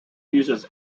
uses